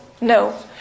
no